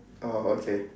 oh okay